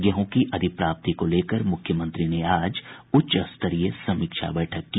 गेहूं की अधिप्राप्ति को लेकर मुख्यमंत्री ने आज उच्च स्तरीय समीक्षा बैठक की